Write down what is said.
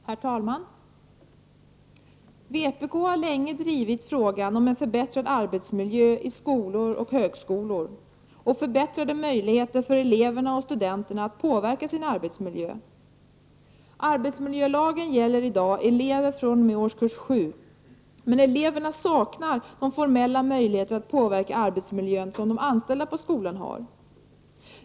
Herr talman! Vpk har länge drivit frågan om en förbättrad arbetsmiljö i skolor och högskolor och förbättrade möjligheter för eleverna och studenterna att påverka sin arbetsmiljö. Arbetsmiljölagen gäller i dag elever fr.o.m. årskurs 7, men eleverna saknar de formella möjligheterna att påverka arbetsmiljön som de anställda på skolan har.